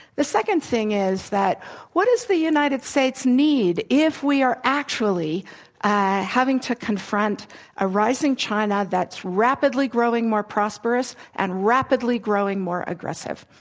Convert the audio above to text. the second thing is that what does the united states need if we are actually having to confront a rising china that's rapidly growing more prosperous and rapidly growing more aggressive.